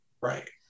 Right